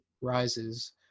rises